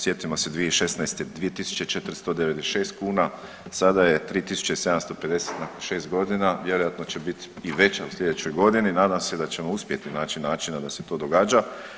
Sjetimo se 2016. 2.496 kuna, sada je 3.750 nakon šest godina vjerojatno će biti i veća u sljedećoj godini, nadam se da ćemo uspjeti naći načina da se to događa.